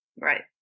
Right